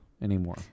anymore